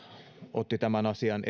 otti esille tämän asian